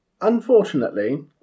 unfortunately